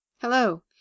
Hello